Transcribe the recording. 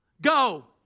Go